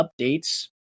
updates